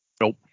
Nope